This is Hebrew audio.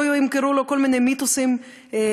שלא ימכרו לו כל מיני מיתוסים שהם